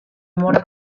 mora